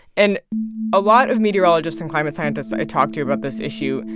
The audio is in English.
and a lot of meteorologists and climate scientists i talked to about this issue,